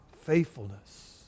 faithfulness